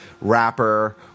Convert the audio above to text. rapper